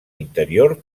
interior